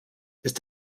ist